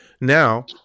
now